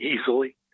easily